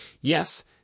Yes